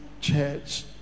Church